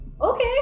Okay